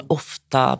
ofta